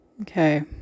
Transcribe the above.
Okay